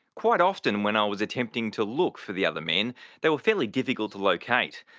quite often when i was attempting to look for the other men they were fairly difficult to locate.